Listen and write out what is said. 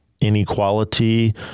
inequality